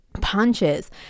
punches